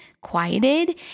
quieted